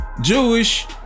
Jewish